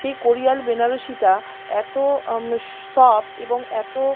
সেই কোরিয়াল বেনারসিটা এতো সফট এবং এতো